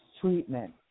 treatment